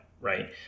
right